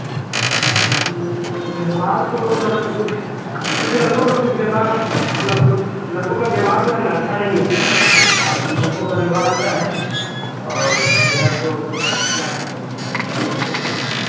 व्यवहार तो सर कुछ कुछ लड़कों का कुछ व्यवहार मतलब कुछ लड़कों का व्यवहार जो है ना अच्छा नहीं है और कुछ लड़कों का व्यवहार अच्छा है और जो है सो क्या है यही सब है